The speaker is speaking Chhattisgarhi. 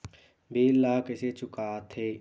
बिल ला कइसे चुका थे